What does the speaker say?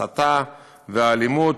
הסתה לאלימות,